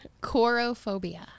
Chorophobia